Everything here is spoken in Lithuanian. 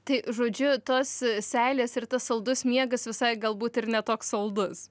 tai žodžiu tos seilės ir tas saldus miegas visai galbūt ir ne toks saldus